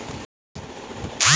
मध्य प्रदेशात भरपूर चणे मिळतात